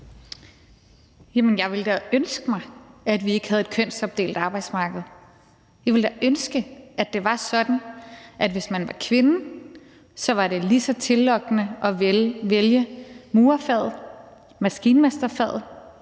jeg ville da ønske, at vi ikke havde et kønsopdelt arbejdsmarked. Jeg ville da ønske, at det var sådan, at hvis man var kvinde, var det lige så tillokkende at vælge murerfaget, maskinmesterfaget,